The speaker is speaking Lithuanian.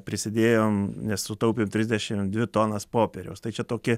prisidėjome nes sutaupė trisdešimt dvi tonas popieriaus tai čia tokia